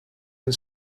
and